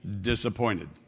disappointed